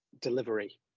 delivery